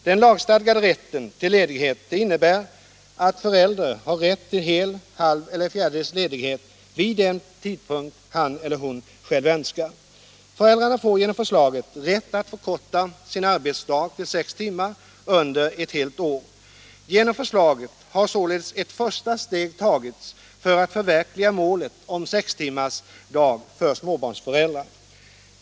Den lagstadgade rätten till ledighet innebär att föräldern har rätt till hel, halv eller fjärdedels ledighet vid den tidpunkt han eller hon själv önskar. Föräldrarna får genom förslaget rätt att förkorta sin arbetsdag till sex timmar under ett helt år. Genom förslaget har således ett första steg tagits för att förverkliga målet sextimmarsdag för småbarnsföräldrar.